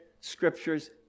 scriptures